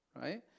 right